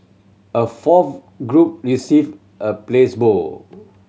a fourth group received a placebo